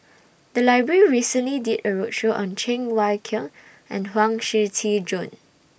The Library recently did A roadshow on Cheng Wai Keung and Huang Shiqi Joan